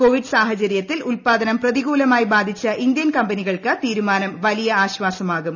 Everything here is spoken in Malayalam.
കോവിഡ് സാഹചര്യത്തിൽ ഉത്പാദനം പ്രതികൂലമായി ബാധിച്ച ഇന്ത്യൻ കമ്പനികൾക്ക് തീരുമാനം വലിയ ആശ്വാസമാകും